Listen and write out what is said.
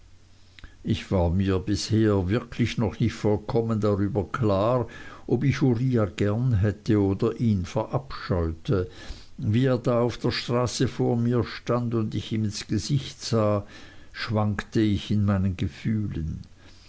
ich war mir wirklich bisher noch nicht vollkommen klar darüber geworden ob ich uriah gern hätte oder ihn verabscheute und wie er da auf der straße vor mir stand und ich ihm ins gesicht sah schwankte ich in meinen gefühlen